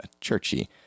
churchy